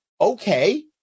Okay